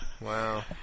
Wow